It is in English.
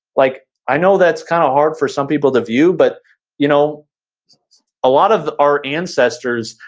like i know that's kind of hard for some people to view but you know a lot of our ancestors,